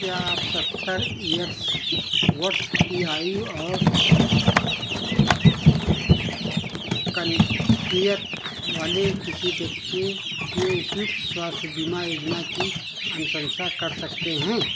क्या आप सत्तर इयर्स वर्ष की आयु और कन केयर वाले किसी व्यक्त के के उपयुक्त स्वास्थ्य बीमा योजना की अनुशंसा कर सकते हैं